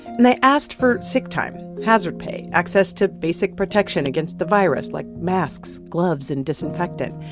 and they asked for sick time, hazard pay, access to basic protection against the virus, like masks, gloves and disinfectant.